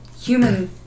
human